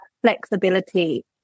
flexibility